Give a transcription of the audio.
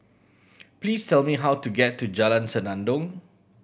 please tell me how to get to Jalan Senandong